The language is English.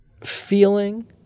feeling